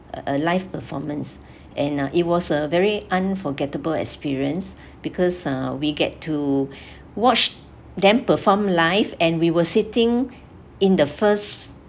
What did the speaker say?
a live performance and uh it was a very unforgettable experience because uh we get to watch them perform live and we were sitting in the first